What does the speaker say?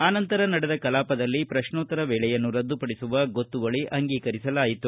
ಆ ನಂತರ ನಡೆದ ಕಲಾಪದಲ್ಲಿ ಪ್ರಶ್ನೋತ್ತರ ವೇಳೆಯನ್ನು ರದ್ದುಪಡಿಸುವ ಗೊತ್ತುವಳಿ ಅಂಗೀಕರಿಸಲಾಯಿತು